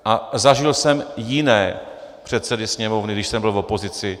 A zažil jsem jiné předsedy Sněmovny, když jsem byl v opozici.